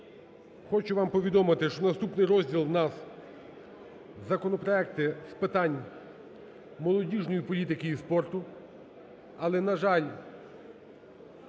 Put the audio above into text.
Хочу вам повідомити, що наступний розділ у нас "Законопроекти з питань молодіжної політики і спорту", але, на жаль,